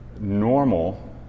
normal